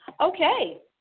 Okay